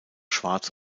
schwarz